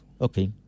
Okay